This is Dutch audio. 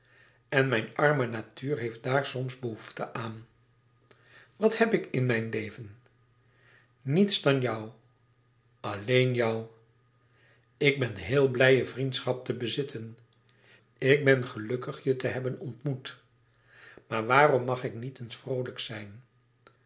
en mijn arme natuur heeft daar soms behoefte aan wat heb ik in mijn leven niets dan jou alléen jou ik ben heel blij je vriendschap te bezitten ik ben gelukkig je te hebben ontmoet maar waarom mag ik niet eens vroolijk zijn